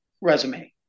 resume